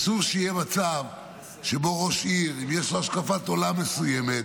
אסור שיהיה מצב שאם לראש עיר יש השקפת עולם מסוימת,